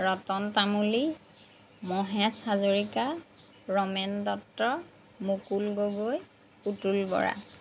Ratan Tamuli Mahesh Hazarika Ramen Dutta Mukul Gogoi Putul Bora